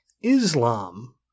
Islam